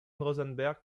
rosenberg